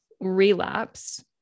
relapse